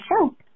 show